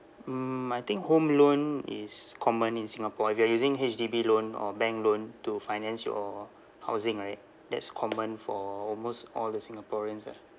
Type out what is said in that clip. mm I think home loan is common in singapore if you are using H_D_B loan or bank loan to finance your housing right that's common for almost all the singaporeans ah